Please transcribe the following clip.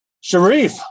Sharif